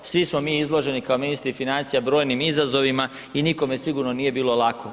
Svi smo mi izloženi kao ministri financija brojnim izazovima i nikome sigurno nije bilo lako.